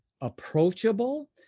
approachable